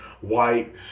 white